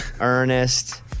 Ernest